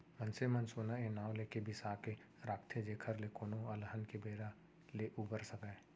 मनसे मन सोना ए नांव लेके बिसा के राखथे जेखर ले कोनो अलहन के बेरा ले उबर सकय